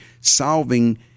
solving